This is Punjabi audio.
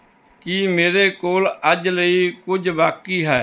ਕੀ ਮੇਰੇ ਕੋਲ ਅੱਜ ਲਈ ਕੁਝ ਬਾਕੀ ਹੈ